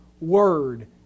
Word